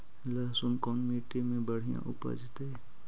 लहसुन कोन मट्टी मे बढ़िया उपजतै?